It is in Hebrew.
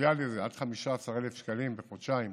הסוציאלי הזה, עד 15,000 שקלים בחודשיים,